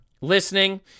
listening